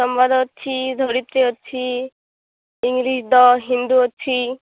ସମ୍ବାଦ ଅଛି ଧରିତ୍ରୀ ଅଛି ଇଂଗିଲିସ ଦ ହିନ୍ଦୁ ଅଛି